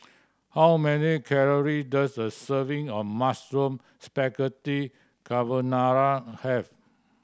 how many calorie does a serving of Mushroom Spaghetti Carbonara have